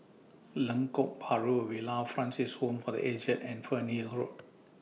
Lengkok Bahru Villa Francis Home For The Aged and Fernhill Road